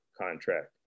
contract